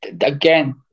again